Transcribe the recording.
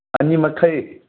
ꯑꯅꯤ ꯃꯈꯥꯏ